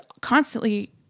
constantly